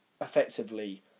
effectively